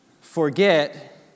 forget